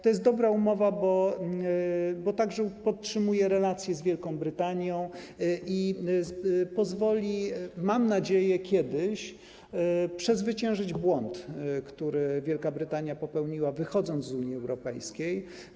To jest także dobra umowa, bo podtrzymuje relacje z Wielką Brytanią i pozwoli, mam nadzieję, kiedyś przezwyciężyć błąd, który Wielka Brytania popełniła, wychodząc z Unii Europejskiej.